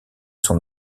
son